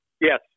Yes